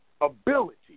Ability